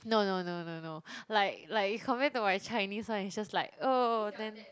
no no no no no like like compare to my Chinese [one] it's just like oh then